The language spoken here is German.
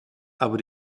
aber